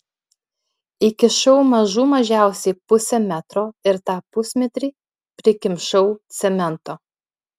įkišau mažų mažiausiai pusę metro ir tą pusmetrį prikimšau cemento